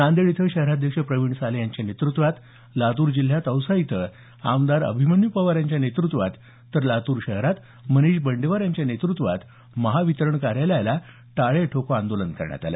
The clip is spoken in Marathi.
नांदेड इथं शहराध्यक्ष प्रविण साले यांच्या नेतृत्वात लातूर जिल्ह्यात औसा इथं आमदार अभिमन्यू पवार यांच्या नेतृत्वात तर लातूर शहरात मनिष बंडेवार यांच्या नेतृत्वात महावितरण कार्यालयाला टाळे ठोको आंदोलन करण्यात आलं